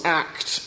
act